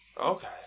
Okay